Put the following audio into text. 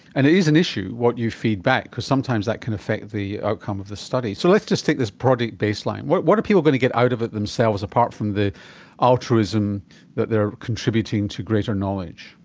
and it is an issue what you feed back because sometimes that can affect the outcome of the study. so let's just take this project baseline. what what are people going to get out of it themselves, apart from the altruism that they are contributing to greater knowledge?